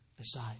aside